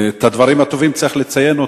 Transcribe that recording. את הדברים הטובים צריך לציין.